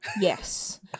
Yes